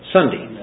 Sunday